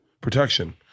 protection